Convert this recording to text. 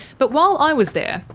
but while i was there,